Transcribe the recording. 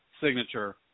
signature